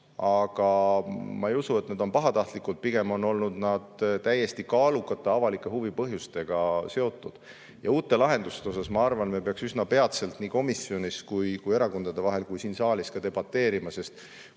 aga ma ei usu, et see on nii pahatahtlikult, pigem on nad olnud täiesti kaalukate avaliku huvi põhjustega seotud. Ja uute lahenduste suhtes ma arvan, et me peaks üsna peatselt nii komisjonis, erakondade vahel kui ka siin saalis debateerima, sest